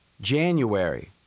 January